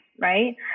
right